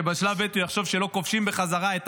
שבשלב ב' הוא יחשוב שלא כובשים בחזרה את